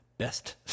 best